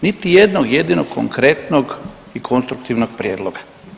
Niti jednog jedinog konkretnog i konstruktivnog prijedloga.